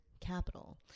capital